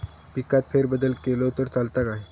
पिकात फेरबदल केलो तर चालत काय?